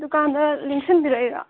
ꯗꯨꯀꯥꯟꯗ ꯂꯦꯡꯁꯤꯟꯕꯤꯔꯛꯏꯔꯣ